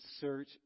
search